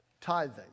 tithing